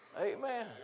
amen